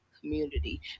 community